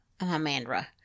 Amandra